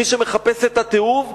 מי שמחפש את התיעוב,